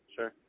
Sure